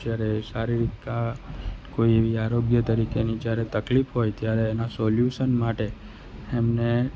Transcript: જ્યારે શારીરિક કા કોઈ આરોગ્ય તરીકેની જ્યારે તકલીફ હોય ત્યારે એના સોલ્યુશન માટે એમને